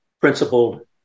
principled